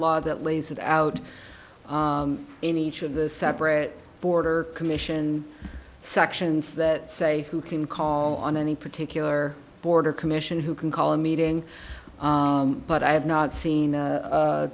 law that lays it out in each of the separate border commission sections that say who can call on any particular border commission who can call a meeting but i have not seen